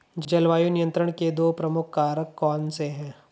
जलवायु नियंत्रण के दो प्रमुख कारक कौन से हैं?